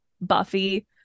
Buffy